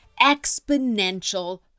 exponential